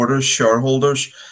shareholders